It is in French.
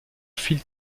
phil